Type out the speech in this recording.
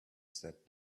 sat